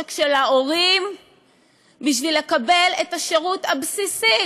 עושק של ההורים בשביל לקבל את השירות הבסיסי